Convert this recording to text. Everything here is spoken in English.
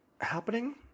happening